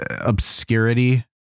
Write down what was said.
obscurity